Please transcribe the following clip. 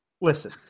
listen